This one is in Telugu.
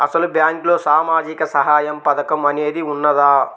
అసలు బ్యాంక్లో సామాజిక సహాయం పథకం అనేది వున్నదా?